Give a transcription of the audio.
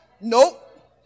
Nope